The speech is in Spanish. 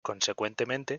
consecuentemente